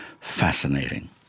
fascinating